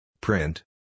Print